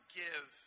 give